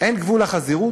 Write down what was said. אין גבול לחזירות?